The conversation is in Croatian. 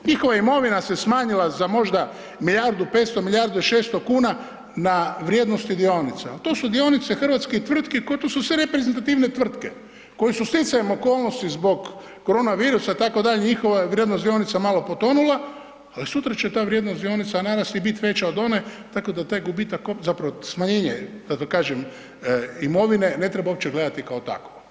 Njihova imovina se smanjila za možda milijardu, 500 milijardi 600 kuna na vrijednosti dionica, ali to su dionice hrvatskih tvrtki koje su sve reprezentativne tvrtke, koje su stjecajem okolnosti zbog koronavirusa, itd., njihova vrijednost dionica malo potonula, ali sutra će ta vrijednost dionica narasti i biti veća od one, tako da taj gubitak, zapravo smanjenje, zato kažem, imovine, ne treba uopće gledati kao takvo.